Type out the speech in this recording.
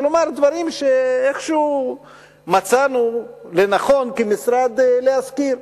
כלומר דברים שאיכשהו מצאנו לנכון כמשרד להזכיר,